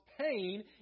pain